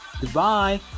goodbye